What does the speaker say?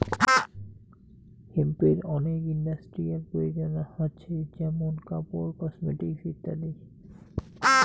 হেম্পের অনেক ইন্ডাস্ট্রিয়াল প্রয়োজন হাছে যেমন কাপড়, কসমেটিকস ইত্যাদি